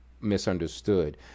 misunderstood